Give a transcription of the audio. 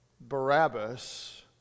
Barabbas